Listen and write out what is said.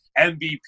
MVP